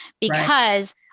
because-